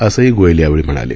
असंही गोयल यावेळी म्हणाले